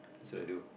that's what I do